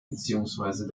beziehungsweise